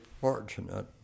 fortunate